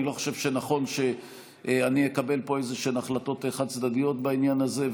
אני לא חושב שנכון שאני אקבל פה איזשהן החלטות חד-צדדיות בעניין הזה,